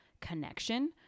connection